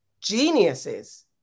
Geniuses